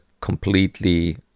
completely